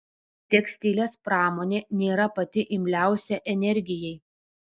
tekstilės pramonė nėra pati imliausia energijai